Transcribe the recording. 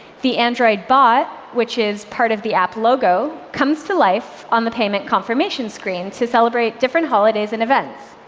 the android bot, which is part of the app logo, comes to life on the payment confirmation screen to celebrate different holidays and events.